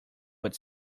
but